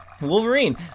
Wolverine